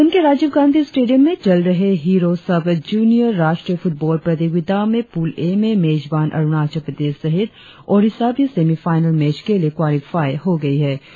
नाहरलगुन के राजीव गांधी स्टेडियम में चल रहे हिरो सव जूनियर राष्ट्रीय फुटबॉल प्रतियोगिता में पूल ए में मेजबन अरुणाचल प्रदेश सहित ओड़िशा भी सेमी फाइनल मैच के लिए क्वालीफाइ हो गई है